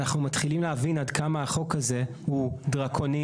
אנחנו מתחילים להבין עד כמה החוק הזה הוא דרקוני,